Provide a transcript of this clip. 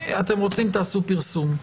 אתם רוצים, תעשו פרסום.